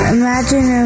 imagine